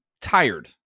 tired